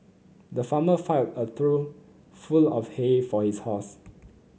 the farmer filled a trough full of hay for his horse